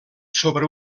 sobre